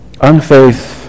Unfaith